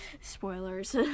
spoilers